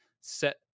set